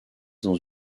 dans